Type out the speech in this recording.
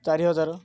ଚାରି ହଜାର